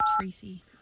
Tracy